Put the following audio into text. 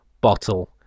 bottle